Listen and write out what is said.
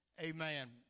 amen